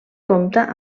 compta